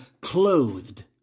clothed